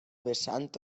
vessant